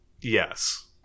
Yes